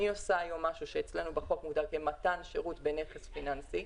אני עושה היום משהו שאצלנו בחוק מוגדר כמתן שירות בנכס פיננסי,